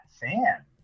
Fan